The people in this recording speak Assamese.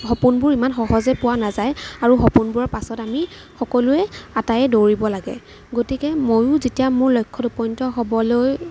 সপোনবোৰ ইমান সহজে পোৱা নাযায় আৰু সপোনবোৰৰ পাছত আমি সকলোৱে আটায়ে দৌৰিব লাগে গতিকে ময়ো যেতিয়া মোৰ লক্ষ্যত উপনীত হ'বলৈ